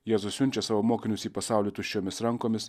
jėzus siunčia savo mokinius į pasaulį tuščiomis rankomis